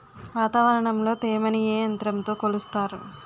వాతావరణంలో తేమని ఏ యంత్రంతో కొలుస్తారు?